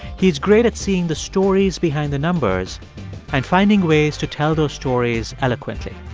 he's great at seeing the stories behind the numbers and finding ways to tell those stories eloquently.